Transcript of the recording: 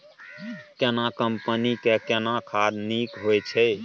केना कंपनी के केना खाद नीक होय छै?